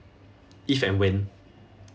if and when